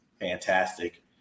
fantastic